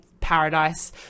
Paradise